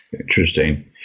Interesting